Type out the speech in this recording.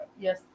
Yes